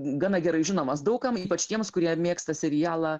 gana gerai žinomas daug kam ypač tiems kurie mėgsta serialą